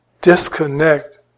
disconnect